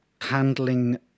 handling